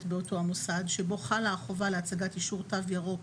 באותו המוסד שבו חלה החובה להצגת אישור "תו ירוק"